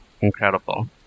incredible